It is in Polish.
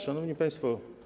Szanowni Państwo!